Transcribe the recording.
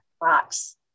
box